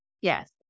Yes